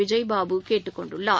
விஜய் பாபு கேட்டுக் கொண்டுள்ளார்